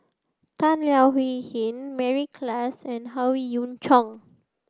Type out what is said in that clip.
Tan Leo Wee Hin Mary Klass and Howe Yoon Chong